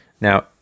Now